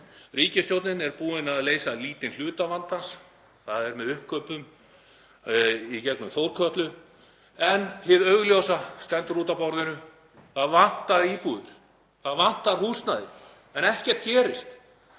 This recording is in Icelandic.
Ríkisstjórnin er búin að leysa lítinn hluta vandans, þ.e. með uppkaupum í gegnum Þórkötlu, en hið augljósa stendur út af borðinu: Það vantar íbúðir, það vantar húsnæði en ekkert gerist.